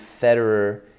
Federer